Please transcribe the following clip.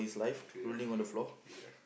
true ya ya